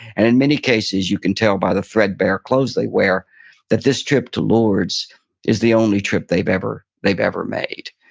and in many cases, you can tell by the threadbare clothes they wear that this trip to lourdes is the only trip they've ever ever made,